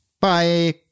Bye